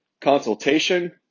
consultation